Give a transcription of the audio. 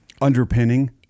underpinning